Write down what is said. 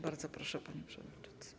Bardzo proszę, panie przewodniczący.